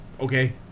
okay